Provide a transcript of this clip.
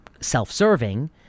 self-serving